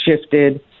shifted